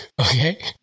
Okay